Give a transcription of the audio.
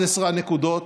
11 הנקודות,